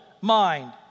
mind